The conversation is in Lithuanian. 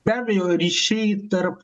be abejo ryšiai tarp